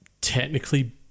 technically